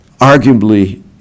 arguably